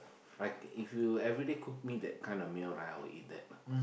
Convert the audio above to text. I if you everyday cook me that kind of meal right I will eat that